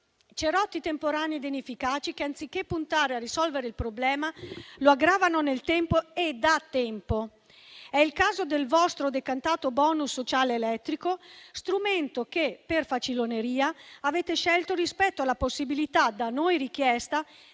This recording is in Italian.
cerotti temporanei e inefficaci che, anziché puntare a risolvere il problema, lo aggravano nel tempo e da tempo. È il caso del vostro decantato *bonus* sociale elettrico, strumento che per faciloneria avete scelto rispetto alla possibilità da noi richiesta